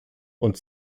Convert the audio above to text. und